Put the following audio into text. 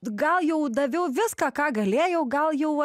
gal jau daviau viską ką galėjau gal jau